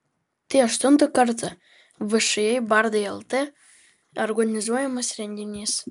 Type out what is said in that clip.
tai aštuntą kartą všį bardai lt organizuojamas renginys